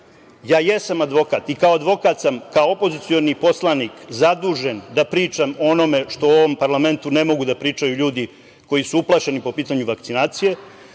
ja jesam advokat i kao advokat sam kao opozicioni poslanik zadužen da pričam o onome što u ovom parlamentu ne mogu da pričaju ljudi koji su uplašeni po pitanju vakcinacije.